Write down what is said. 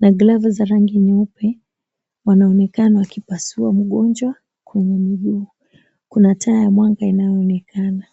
na glavu za rangi nyeupe. Wanaonekana wakipasua mgonjwa kwenye miguu. Kuna taa ya mwanga inayoonekana.